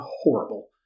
horrible